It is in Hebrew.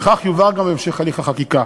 וכך יובהר גם בהמשך הליך החקיקה.